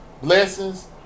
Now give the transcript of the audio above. Blessings